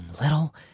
little